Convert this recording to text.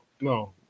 no